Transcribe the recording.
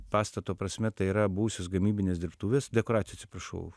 pastato prasme tai yra buvusios gamybinės dirbtuvės dekoracijų atsiprašau